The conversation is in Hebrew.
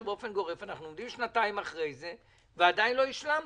אנחנו עומדים שנתיים אחרי זה ועדיין לא השלמתם.